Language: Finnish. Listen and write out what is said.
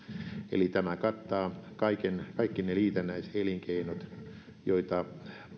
eli tämä kattaa kaikki ne liitännäiselinkeinot joita